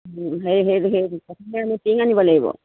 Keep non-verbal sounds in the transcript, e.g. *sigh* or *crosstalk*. *unintelligible* প্ৰথমে আমি টিং আনিব লাগিব